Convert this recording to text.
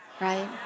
right